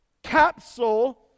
Capsule